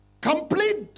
complete